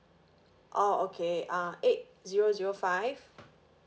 oh okay uh eight zero zero five